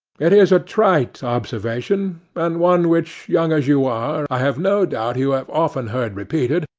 it is a trite observation, and one which, young as you are, i have no doubt you have often heard repeated,